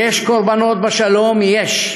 יש קורבנות למען השלום, יש,